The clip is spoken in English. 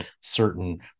certain